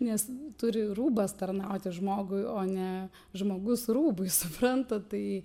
nes turi rūbas tarnauti žmogui o ne žmogus rūbui suprantat tai